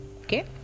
okay